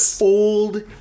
old